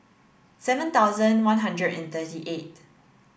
seven thousand one hundred and thirty eight